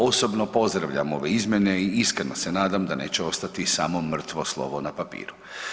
Osobno pozdravljam ove izmjene i iskreno se nadam da neće ostati samo mrtvo slovo na papiru.